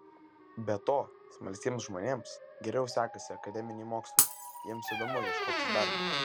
be to smalsiems žmonėms geriau sekasi akademiniai mokslai jiems įdomu ieškotis darbo